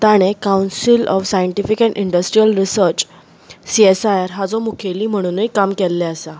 ताणें council of scientific and industrial research C S I R हाचो मुखेली म्हणूनय काम केल्लें आसा